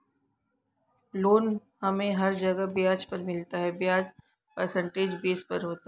loan हमे हर जगह ब्याज पर मिलता है ब्याज परसेंटेज बेस पर होता है